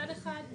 מצד אחד,